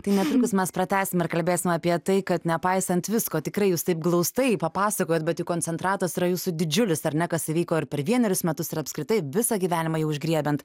tai netrukus mes pratęsim ir kalbėsim apie tai kad nepaisant visko tikrai jūs taip glaustai papasakojot bet juk koncentratas yra jūsų didžiulis ar ne kas įvyko ir per vienerius metus ir apskritai visą gyvenimą jau užgriebiant